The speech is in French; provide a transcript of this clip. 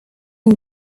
une